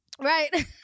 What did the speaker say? Right